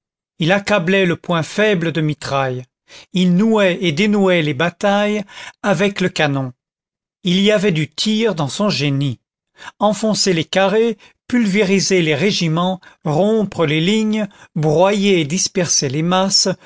il accablait le point faible de mitraille il nouait et dénouait les batailles avec le canon il y avait du tir dans son génie enfoncer les carrés pulvériser les régiments rompre les lignes broyer et disperser les masses